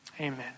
Amen